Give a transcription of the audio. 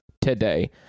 today